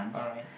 alright